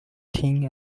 thing